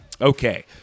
Okay